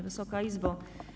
Wysoka Izbo!